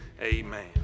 Amen